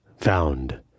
found